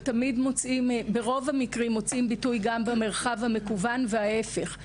ברוב המקרים מוצאים מקום גם במרחב המקוון וההפך.